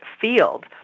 field